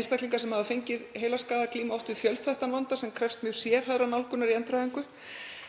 einstaklingar sem hafa fengið heilaskaða glíma oft við fjölþættan vanda sem krefst mjög sérhæfðrar nálgunar í endurhæfingu.